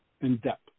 in-depth